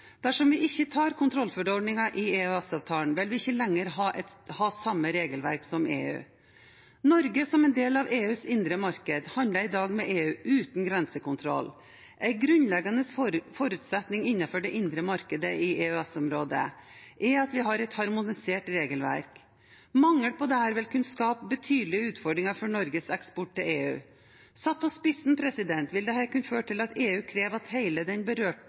Dersom vi ikke tar inn kontrollforordningen i EØS-avtalen, vil vi ikke lenger ha det samme regelverket som EU. Norge, som en del av EUs indre marked, handler i dag med EU uten grensekontroll. En grunnleggende forutsetning innenfor det indre marked i EØS-området er at vi har et harmonisert regelverk. Mangel på dette vil kunne skape betydelige utfordringer for Norges eksport til EU. Satt på spissen vil dette kunne føre til at EU krever at hele den berørte